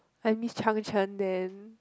I miss chang-chen then